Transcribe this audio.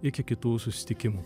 iki kitų susitikimų